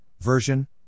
version